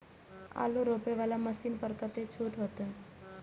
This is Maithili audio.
आलू रोपे वाला मशीन पर कतेक छूट होते?